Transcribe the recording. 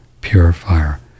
purifier